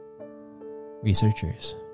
Researchers